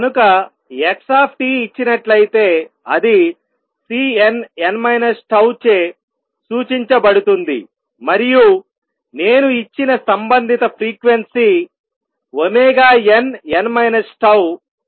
కనుక x ఇచ్చినట్లయితే అది Cnn τ చే సూచించబడుతుంది మరియు నేను ఇచ్చిన సంబంధిత ఫ్రీక్వెన్సీ nn τ